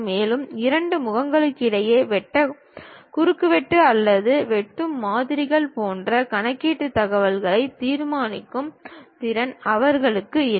மேலும் இரண்டு முகங்களுக்கிடையில் குறுக்குவெட்டு அல்லது வெட்டும் மாதிரிகள் போன்ற கணக்கீட்டு தகவல்களைத் தீர்மானிக்கும் திறன் அவர்களுக்கு இல்லை